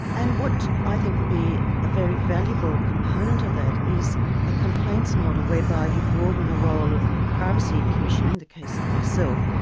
and what i think would be a very valuable component of that is a complaints model whereby you broaden the role of privacy commissioner, in the case of myself,